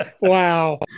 Wow